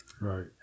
right